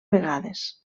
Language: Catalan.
vegades